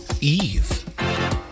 eve